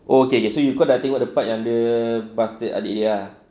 okay okay so you kau dah tengok part yang dia bastard adik dia ah